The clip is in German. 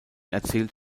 erzählt